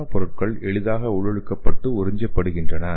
நானோ பொருட்கள் எளிதாக உள்ளிழுக்கப்பட்டு உறிஞ்சப்படுகின்றன